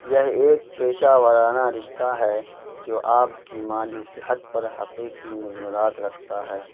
یہ ایک پیشہ ورانہ رشتہ ہے جو آپ کی مالی صحت پر حقیکی مضمرات رکھتا ہے